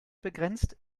begrenzt